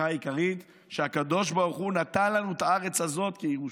הסיבה העיקרית היא שהקדוש ברוך הוא נתן לנו את הארץ הזאת בירושה.